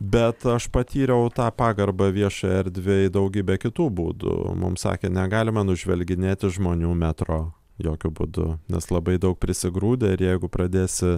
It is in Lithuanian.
bet aš patyriau tą pagarbą viešai erdvei daugybe kitų būdų mum sakė negalima nužvelginėti žmonių metro jokiu būdu nes labai daug prisigrūdę ir jeigu pradėsi